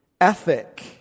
ethic